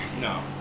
no